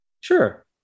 Sure